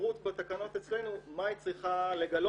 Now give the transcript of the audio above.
פירוט בתקנות אצלנו מה היא צריכה לגלות.